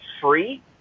free